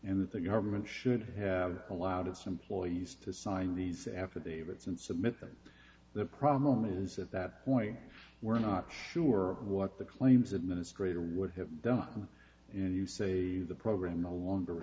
and that the government should have allowed its employees to sign these affidavits and submit them the problem is that that point we're not sure what the claims administrator would have done and you say the program no longer